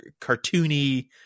cartoony